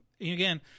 again